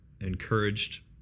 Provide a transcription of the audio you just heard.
encouraged